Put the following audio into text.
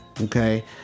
okay